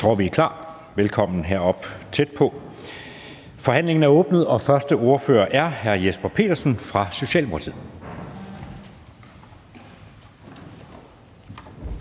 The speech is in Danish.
Jeg tror, vi er klar. Velkommen. Forhandlingen er åbnet, og første ordfører er hr. Jesper Petersen fra Socialdemokratiet.